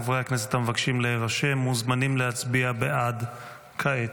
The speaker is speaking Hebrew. חברי הכנסת המבקשים להירשם מוזמנים להצביע בעד כעת.